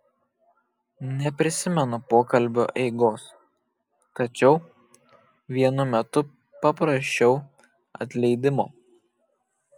neprisimenu pokalbio eigos tačiau vienu metu paprašiau atleidimo